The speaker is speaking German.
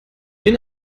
bin